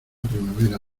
primavera